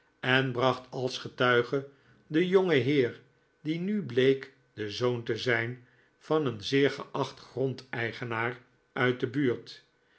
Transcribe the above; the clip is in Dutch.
en bracht als getuige den jongenheer die nu bleek de zoon te zijn van een zeer geacht grondeigenaar uit de buurt